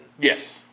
Yes